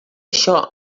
això